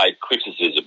criticism